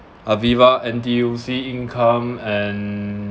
aviva N_T_U_C income and